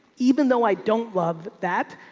even though i don't love that.